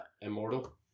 immortal